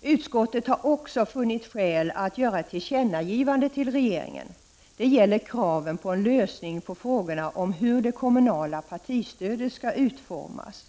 Utskottet har också funnit skäl att göra ett tillkännagivande till regeringen. Det gäller kraven på en lösning på frågan om hur det kommunala partistödet skall utformas.